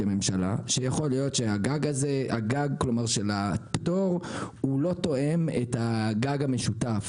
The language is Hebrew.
כממשלה שיכול להיות שהגג של הפטור לא תואם את הגג המשותף,